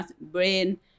brain